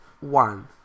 one